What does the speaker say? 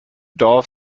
dorf